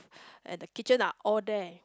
and the kitchen are all there